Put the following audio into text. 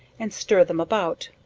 and stir them about,